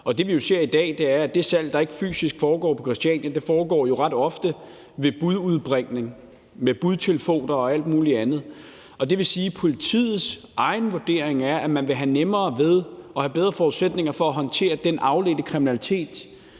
Det, vi jo ser i dag, er, at det salg, der ikke fysisk foregår på Christiania, ret ofte foregår ved bududbringning, med budtelefoner og alt muligt andet. Det vil sige, at politiets egen vurdering er, at man vil have nemmere ved og bedre forudsætninger for at håndtere den afledte kriminalitet